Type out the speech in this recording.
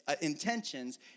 intentions